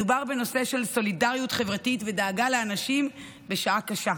מדובר בנושא של סולידריות חברתית ודאגה לאנשים בשעה קשה.